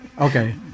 Okay